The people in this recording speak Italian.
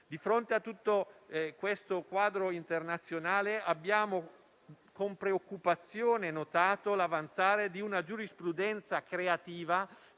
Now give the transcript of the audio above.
Di fronte a tutto questo quadro internazionale, abbiamo con preoccupazione notato l'avanzare di una giurisprudenza creativa,